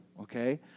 okay